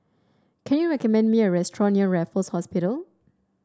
can you recommend me a restaurant near Raffles Hospital